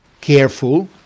careful